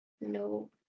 no